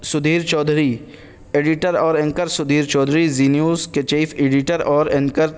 Sudheer Chaudhary editor اور anchor Sudhir Chaudhary Zee news کے chief editor اور اینکر